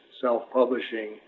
self-publishing